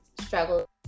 struggle